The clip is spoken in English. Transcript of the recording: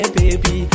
baby